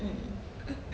mm